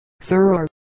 sir